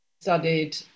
studied